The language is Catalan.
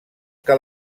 que